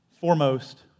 foremost